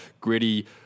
gritty